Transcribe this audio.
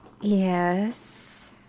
Yes